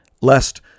lest